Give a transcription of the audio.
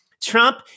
Trump